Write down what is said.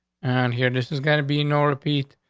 and here, this is gonna be no repeat.